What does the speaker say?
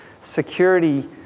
security